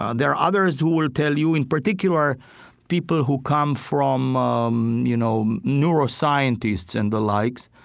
ah there are others who will tell you in particular people who come from, um you know, neuroscientists and the likes,